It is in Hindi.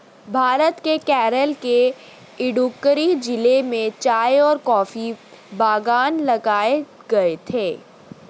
भारत के केरल के इडुक्की जिले में चाय और कॉफी बागान लगाए गए थे